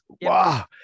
Wow